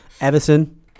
Everton